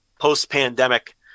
Post-pandemic